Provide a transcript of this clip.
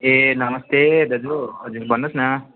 ए नमस्ते दाजु हजुर भन्नुहोस् न